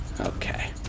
Okay